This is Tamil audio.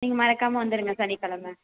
நீங்கள் மறக்காமல் வந்துருங்க சனிக்கிழம